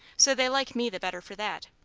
so they like me the better for that.